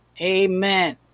amen